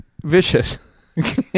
Vicious